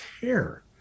care